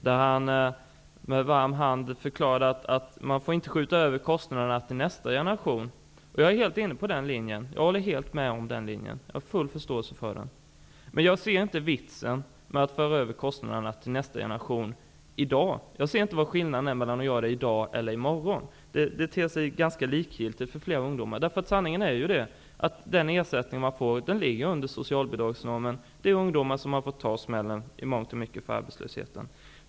Han förklarade med varm hand att man inte får skjuta över kostnaderna på nästa generation. Jag är helt inne på den linjen. Jag håller helt med om den och har full förståelse för den linjen. Men jag ser inte vitsen med att föra över kostnaderna till nästa generation i dag. Jag ser inte skillnaden mellan att göra det i dag eller i morgon. Det ter sig ganska likgiltigt för flera ungdomar. Sanningen är att den ersättning man får ligger under socialbidragsnormen. Det är ungdomarna som i mångt och mycket har fått ta smällen för arbetslösheten.